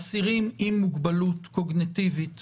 אסירים עם מוגבלות קוגניטיבית